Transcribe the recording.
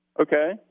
Okay